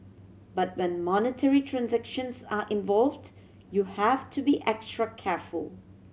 but when monetary transactions are involved you have to be extra careful